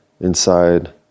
inside